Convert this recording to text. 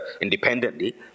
independently